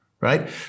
right